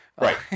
Right